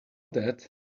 that